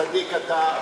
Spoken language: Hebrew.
צדיק אתה,